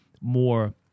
more